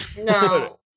No